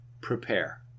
Prepare